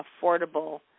affordable